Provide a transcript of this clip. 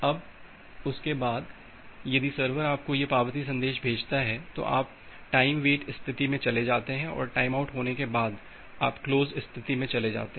अब उसके बाद यदि सर्वर आपको यह पावती संदेश भेजता है तो आप टाइम वेट स्थिति में चले जाते हैं और टाइमआउट होने के बाद आप क्लोज स्थिति में चले जाते हैं